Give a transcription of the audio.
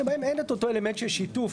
שבהם אין את אותו אלמנט של שיתוף